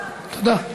תודה.